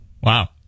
Wow